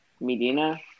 Medina